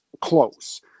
close